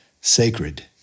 sacred